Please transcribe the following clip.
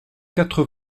quatre